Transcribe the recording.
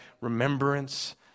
remembrance